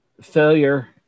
failure